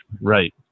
Right